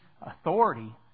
authority